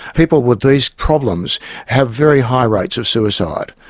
people with these problems have very high rates of suicide.